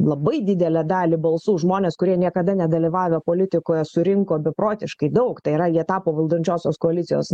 labai didelę dalį balsų žmonės kurie niekada nedalyvavę politikoje surinko beprotiškai daug tai yra jie tapo valdančiosios koalicijos